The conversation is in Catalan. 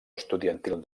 estudiantil